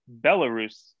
belarus